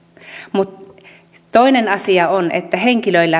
mutta toinen asia on että henkilöillä